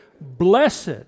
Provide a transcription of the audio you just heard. Blessed